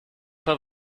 pas